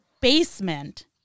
basement